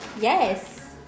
Yes